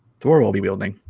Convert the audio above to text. thor will be building